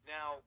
Now